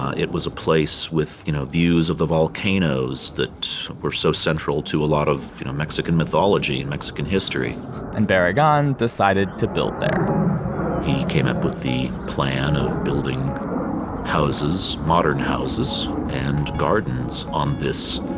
it was a place with you know views of the volcanoes that were so central to a lot of you know mexican mythology, and mexican history and barragan decided to build there he came up with the plan of building houses, modern houses, and gardens on this,